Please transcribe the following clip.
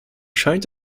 scheint